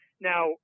Now